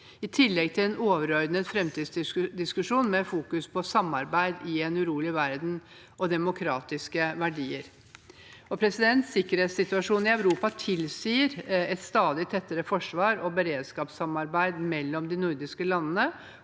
i tillegg til en overordnet framtidsdiskusjon som fokuserte på samarbeid i en urolig verden, og demokratiske verdier. Sikkerhetssituasjonen i Europa tilsier et stadig tettere forsvars- og beredskapssamarbeid mellom de nordiske landene,